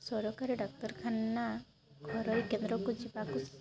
ସରକାରୀ ଡ଼ାକ୍ତରଖାନା ଘରୋଇ କେନ୍ଦ୍ରକୁ ଯିବାକୁ